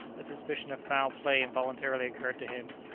a suspicion of foul play involuntarily occurred to him.